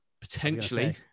Potentially